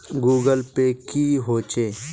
Google pay की होचे?